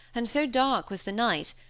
and so dark was the night,